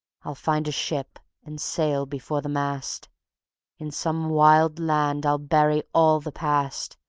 i'll find a ship and sail before the mast in some wild land i'll bury all the past.